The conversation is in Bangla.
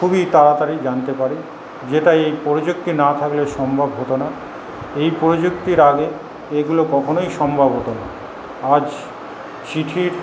খুবই তাড়াতাড়ি জানতে পারি যেটা এই প্রযুক্তি না থাকলে সম্ভব হত না এই প্রযুক্তির আগে এগুলো কখনোই সম্ভব হত না আজ চিঠির